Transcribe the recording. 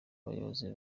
bayobozi